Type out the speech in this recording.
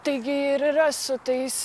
taigi ir yra su tais